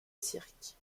cirque